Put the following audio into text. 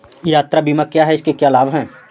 यात्रा बीमा क्या है इसके क्या लाभ हैं?